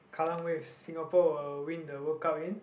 Kallang Wave Singapore will win the World Cup in